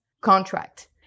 contract